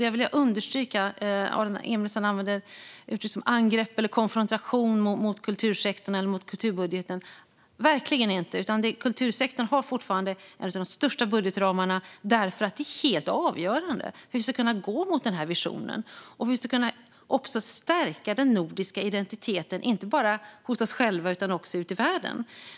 Jag vill understryka att det verkligen inte innebär angrepp eller konfrontation mot kultursektorn eller mot kulturbudgeten, som Aron Emilsson uttryckte det. Kultursektorn har fortfarande en av de största budgetramarna därför att det är helt avgörande för att vi ska kunna gå mot denna vision och för att vi också ska kunna stärka den nordiska identiteten, inte bara hos oss själva utan också ute i världen.